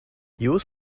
jūs